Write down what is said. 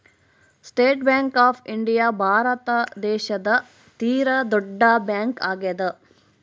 state Bank of India Bharat ದೇಶದ ತೀರ ದೊಡ್ಡ ಬ್ಯಾಂಕ್ ಆಗ್ಯಾದ